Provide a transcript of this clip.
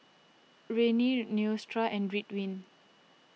Rene and Ridwind